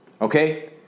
Okay